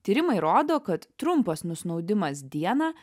tyrimai rodo kad trumpas nusnaudimas dieną